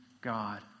God